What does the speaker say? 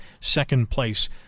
second-place